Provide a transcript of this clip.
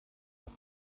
das